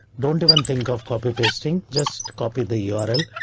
don't even think of copy pasting, just copy the url,